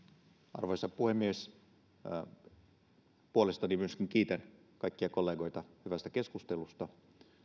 arvoisa puhemies myöskin omasta puolestani kiitän kaikkia kollegoita hyvästä keskustelusta